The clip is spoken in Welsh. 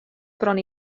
bron